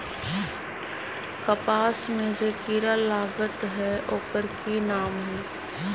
कपास में जे किरा लागत है ओकर कि नाम है?